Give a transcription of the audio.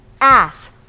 ass